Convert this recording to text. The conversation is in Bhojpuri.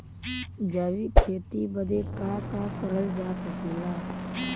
जैविक खेती बदे का का करल जा सकेला?